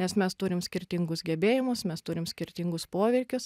nes mes turim skirtingus gebėjimus mes turim skirtingus poreikius